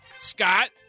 Scott